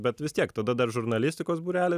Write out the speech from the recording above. bet vis tiek tada dar žurnalistikos būrelį